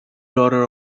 daughter